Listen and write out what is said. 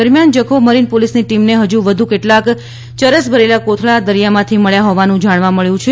દરમિયાન જખૌ મરીન પોલીસની ટીમને હજુ વધુ કેટલોક ચરસ ભરેલા કોથળા દરિયામાંથી મળ્યા હોવાનું જાણવા મળ્યું છે